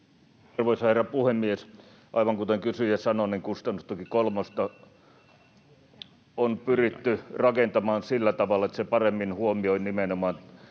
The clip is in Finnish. Arvoisa herra puhemies! Aivan kuten kysyjä sanoi, niin kustannustuki kolmosta [Mika Niikon puhelin soi] on pyritty rakentamaan sillä tavalla, että se paremmin huomioi nimenomaan